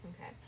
Okay